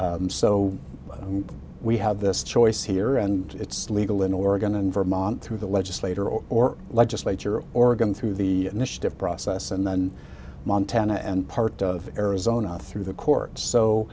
so we have this choice here and it's legal in oregon and vermont through the legislature or or legislature of oregon through the initiative process and then montana and part of arizona through the courts so